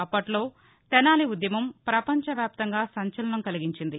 అప్పట్లో తెనాలి ఉద్యమం ప్రపంచ వ్యాప్తంగా సంచలనం కలిగించింది